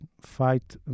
fight